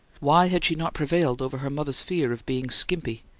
why had she not prevailed over her mother's fear of being skimpy?